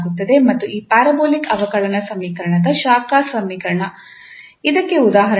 ಮತ್ತು ಈ ಪ್ಯಾರಾಬೋಲಿಕ್ ಅವಕಲನ ಸಮೀಕರಣದ ಶಾಖ ಸಮೀಕರಣಕ್ಕೆ ಉದಾಹರಣೆಯಾಗಿದೆ